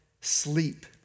sleep